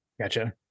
Gotcha